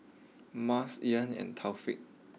Mas Iman and Taufik